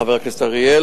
חבר הכנסת אריאל,